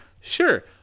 Sure